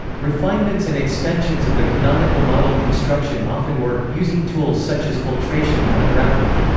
refinements and extensions of the canonical model construction often work, using tools such as filtration or unravelling.